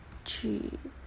取